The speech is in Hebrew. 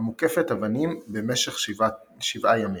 המוקפת אבנים במשך שבעה ימים.